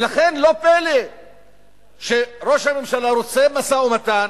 ולכן לא פלא שראש הממשלה רוצה משא-ומתן